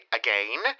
again